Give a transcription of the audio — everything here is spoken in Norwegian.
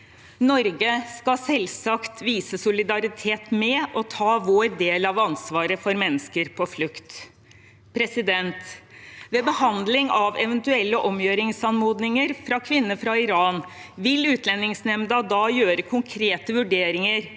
Norge skal selvsagt vise solidaritet med og ta vår del av ansvaret for mennesker på flukt. Ved behandling av eventuelle omgjøringsanmodninger fra kvinner fra Iran vil Utlendingsnemnda foreta konkrete vurderinger